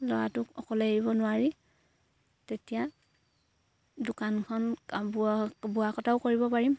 ল'ৰাটোক অকলে এৰিব নোৱাৰি তেতিয়া দোকানখন বোৱা বোৱা কটাও কৰিব পাৰিম